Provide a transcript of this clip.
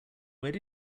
where